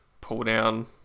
pull-down